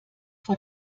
vor